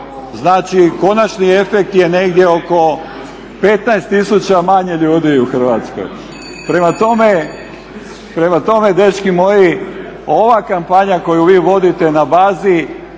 Znači, konačni efekt je negdje oko 15 tisuća manje ljudi u Hrvatskoj. Prema tome, dečki moji ova kampanja koju vi vodite na bazi